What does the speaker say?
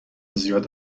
زیاد